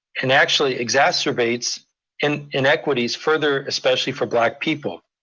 and actually exacerbates and inequities further, especially for black people.